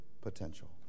potential